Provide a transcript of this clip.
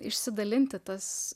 išsidalinti tas